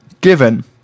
Given